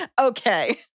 okay